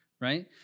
right